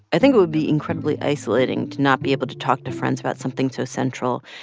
i think it would be incredibly isolating to not be able to talk to friends about something so central.